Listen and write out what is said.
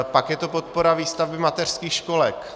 Pak je to podpora výstavby mateřských školek.